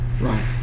Right